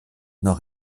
noch